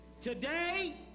Today